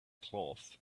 cloth